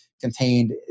contained